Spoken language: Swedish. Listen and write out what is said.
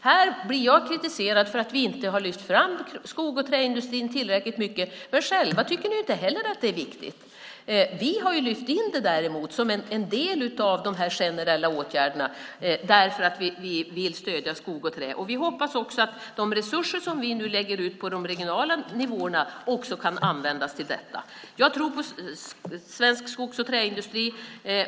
Här blir jag kritiserad för att vi inte har lyft fram skogs och träindustrin tillräckligt mycket, men själva tycker ni inte heller att det är viktigt. Vi har däremot lyft in det som en del av de generella åtgärderna därför att vi vill stödja skogs och träindustrin. Vi hoppas också att de resurser som vi nu lägger ut på de regionala nivåerna kan användas till detta. Jag tror på svensk skogs och träindustri.